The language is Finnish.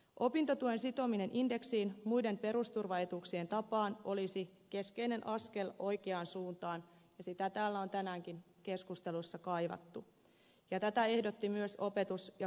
opintotuen sitominen indeksiin muiden perusturvaetuuksien tapaan olisi keskeinen askel oikeaan suuntaan ja sitä on täällä tänäänkin keskusteluissa kaivattu ja tätä ehdotti myös opetus ja kulttuuriministeriö